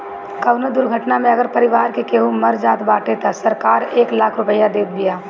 कवनो दुर्घटना में अगर परिवार के केहू मर जात बाटे तअ सरकार एक लाख रुपिया देत बिया